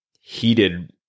heated